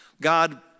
God